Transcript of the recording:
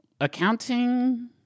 Accounting